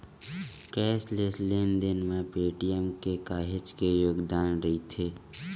cashless लेन देन म पेटीएम के काहेच के योगदान रईथ